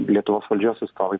lietuvos valdžios atstovai